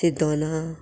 शिरदोना